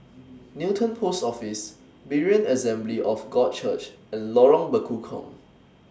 Newton Post Office Berean Assembly of God Church and Lorong Bekukong